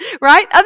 right